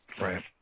Right